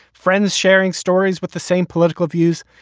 friends sharing stories with the same political views.